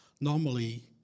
normally